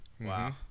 Wow